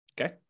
Okay